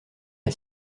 est